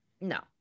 No